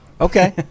okay